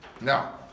Now